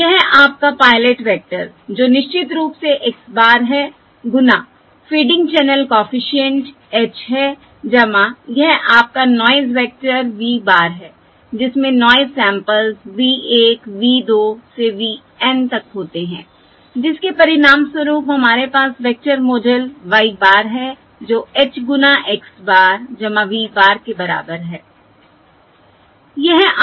यह आपका pilot vector जो निश्चित रूप से x bar है गुना फ़ेडिंग चैनल कॉफिशिएंट h है यह आपका नॉयस वेक्टर v bar है जिसमें नॉयस सैंपल्स v 1 v 2 से v N तक होते हैं जिसके परिणामस्वरूप हमारे पास वेक्टर मॉडल y bar है जो h गुना x bar v bar के बराबर है